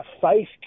faith